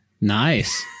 Nice